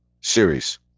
series